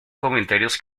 comentarios